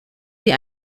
sie